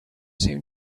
seem